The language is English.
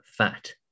fat